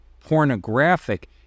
pornographic